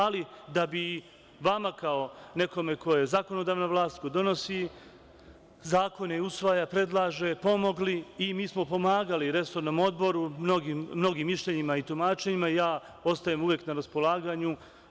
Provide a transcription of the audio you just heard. Ali, da bi vama, kao nekome ko je zakonodavna vlast, ko donosi zakone, usvaja, predlaže, pomogli, i mi smo pomagali resornom odboru, mnogim mišljenjima i tumačenjima, i ja ostajem uvek na raspolaganju.